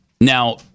Now